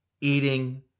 eating